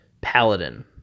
paladin